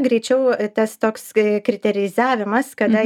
greičiau tas toks kad kriterizavimas kada